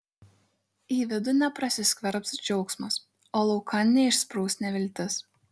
į vidų neprasiskverbs džiaugsmas o laukan neišsprūs neviltis